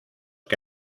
que